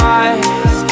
eyes